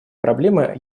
проблемы